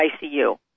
icu